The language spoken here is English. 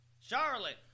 Charlotte